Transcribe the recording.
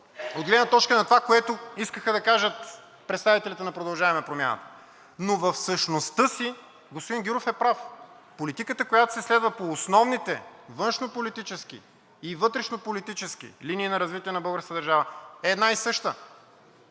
от гледна точка на това, което искаха да кажат представителите на „Продължаваме Промяната“. Но в същността си господин Гюров е прав. Политиката, която се следва по основните външнополитически и вътрешнополитически линии на развитие на българската държава е една и съща.